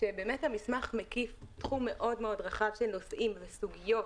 כשבאמת המסמך מקיף תחום מאוד-מאוד רחב של נושאים וסוגיות